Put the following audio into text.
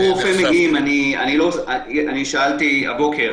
שאלתי הבוקר